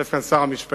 יושב כאן שר המשפטים,